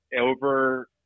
over